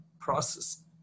Process